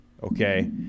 Okay